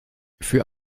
für